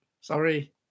Sorry